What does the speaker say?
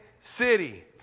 city